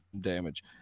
damage